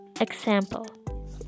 example